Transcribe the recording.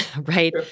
right